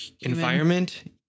environment